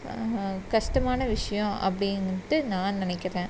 கஷ்டமான விஷயம் அப்படினுட்டு நான் நினைக்கிறேன்